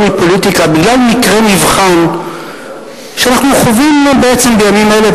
מפוליטיקה בגלל מקרה מבחן שאנחנו חווים בעצם בימים אלה,